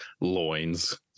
Loins